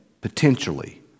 potentially